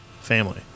family